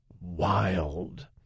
wild